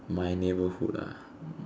my neighborhood ah